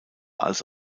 als